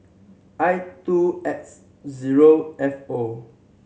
I two X zero F O